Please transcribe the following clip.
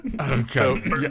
okay